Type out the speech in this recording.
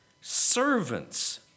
Servants